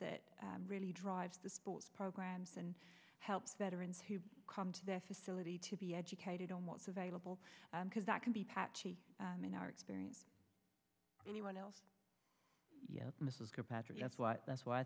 that really drives the sports programs and helps veterans who come to their facility to be educated on what's available because that can be patchy in our experience anyone else mrs patrick that's what that's why i